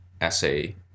essay